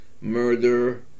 murder